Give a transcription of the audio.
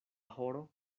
horo